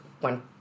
one